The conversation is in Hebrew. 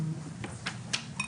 בסדר.